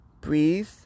breathe